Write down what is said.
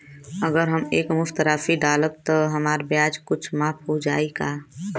अगर हम एक मुस्त राशी डालब त हमार ब्याज कुछ माफ हो जायी का?